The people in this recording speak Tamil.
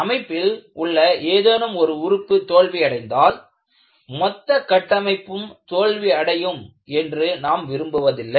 அமைப்பில் உள்ள ஏதேனும் ஒரு உறுப்பு தோல்வி அடைந்தால் மொத்த கட்டமைப்பும் தோல்வி அடையும் என்று நாம் விரும்புவதில்லை